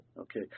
okay